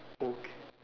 okay